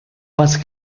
más